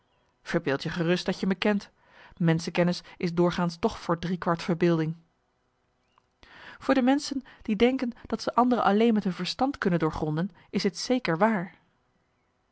verbeeld je gerust dat je me kent menschenkennis is doorgaans toch voor drie kwart verbeelding voor de menschen die denken dat ze anderen alleen met hun verstand kunnen doorgronden is dit zeker waar